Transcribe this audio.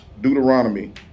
Deuteronomy